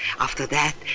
after that,